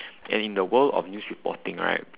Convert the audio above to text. and in the world of news reporting right